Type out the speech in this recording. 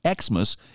Xmas